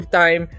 time